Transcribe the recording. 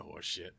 horseshit